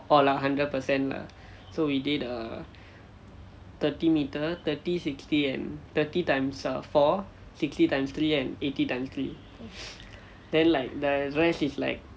all like hundred percent lah so we did a thirty metre thirty sixty and thirty times err four sixty times three and eighty times three then like the rest is like